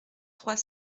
trois